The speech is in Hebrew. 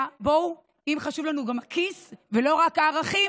בואו, אם חשוב לנו גם הכיס ולא רק הערכים,